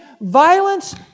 violence